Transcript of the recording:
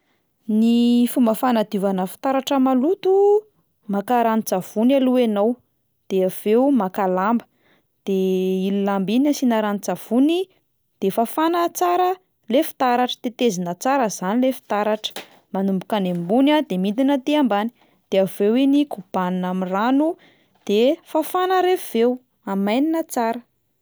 Ny fomba fanadiovana fitaratra maloto: maka ranon-tsavony aloha ianao de avy eo maka lamba, de iny lamba iny asiana ranon-tsavony, de fafana tsara le fitaratra, tetezina tsara zany le fitaratra, manomboka any ambony a de midina aty ambany, de avy eo iny kobanina amin'ny rano de fafana rehefa avy eo, amainina tsara.